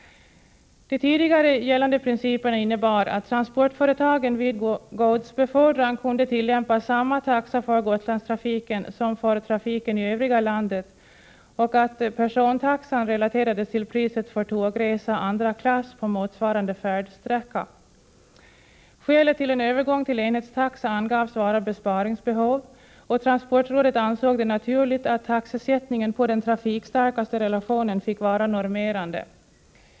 De tidigare gällande principerna innebar att transportföretagen vid godsbefordran kunde tillämpa samma taxa för Gotlandstrafiken som för trafiken i övriga landet och att persontaxan relaterades till priset för tågresa andra klass på motsvarande färdsträcka. Skälet till en övergång till enhetstaxa angavs vara besparingsbehov, och transportrådet ansåg det naturligt att taxesättningen på den trafikstarkaste relationen fick vara normerande.